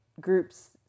groups